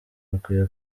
bakwiye